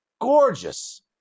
gorgeous